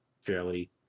fairly